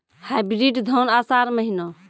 Hybrid धान आषाढ़ महीना?